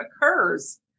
occurs